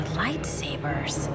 lightsabers